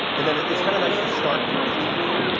and then it's kind of nice to start with clapping.